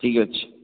ଠିକ ଅଛି